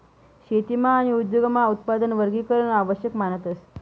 शेतीमा आणि उद्योगमा उत्पादन वर्गीकरण आवश्यक मानतस